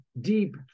deep